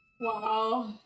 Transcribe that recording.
Wow